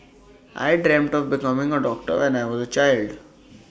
I dreamt of becoming A doctor when I was child